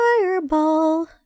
fireball